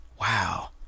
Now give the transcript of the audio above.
wow